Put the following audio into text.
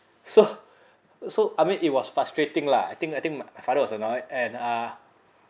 so so I mean it was frustrating lah I think I think my father was annoyed and uh